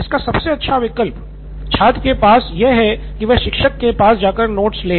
इसका सबसे अच्छा विकल्प छात्र के पास यह है की वह शिक्षक के पास जाकर नोट्स ले